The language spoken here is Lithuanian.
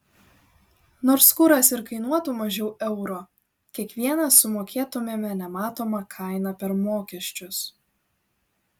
nors kuras ir kainuotų mažiau euro kiekvienas sumokėtumėme nematomą kainą per mokesčius